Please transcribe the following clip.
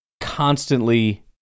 constantly